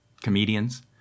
comedians